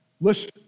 listen